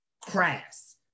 crass